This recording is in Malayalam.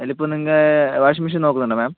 അതിലിപ്പോൾ നിങ്ങൾ വാഷിംഗ് മെഷീൻ നോക്കുന്നുണ്ടോ മാം